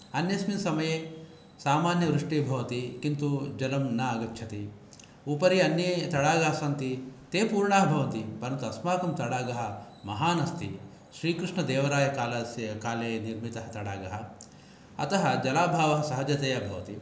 अन्यस्मिन् समये सामन्यवृष्टिः भवति किन्तु जलं न आगच्छति उपरि अन्ये तडागाः सन्ति ते पूर्णः भवन्ति परन्तु अस्माकं तडागः महान् अस्ति श्रीकृष्णदेवरायकालस्य काले निर्मितः तडागः अतः जलाभावः सहजतया भवति